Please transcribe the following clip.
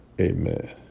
amen